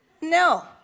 no